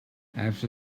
after